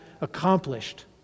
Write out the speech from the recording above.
accomplished